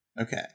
Okay